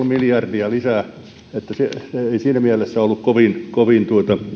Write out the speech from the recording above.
miljardia lisää eli se ei siinä mielessä ollut kovin kovin